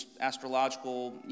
astrological